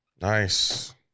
Nice